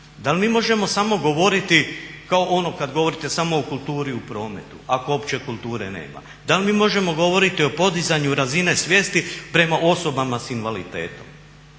da li mi možemo samo govoriti kao ono kada govorite samo o kulturi u prometu ako opće kulture nema, da li mi možemo govoriti o podizanju razine svijesti prema osobama s invaliditetom?